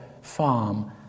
farm